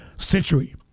century